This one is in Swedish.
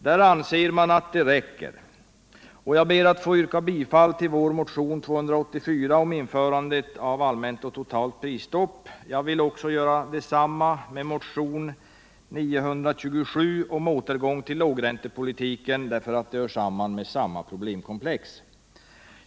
Där anser man att det räcker med höjningar. Jag ber att få yrka bifall till vår motion nr 284 om införandet av allmänt och totalt prisstopp. Jag vill göra detsamma när det gäller motionen 927 om återgång till lågräntepolitiken därför att den hör till samma problemkomplex.